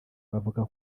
bavuga